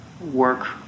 work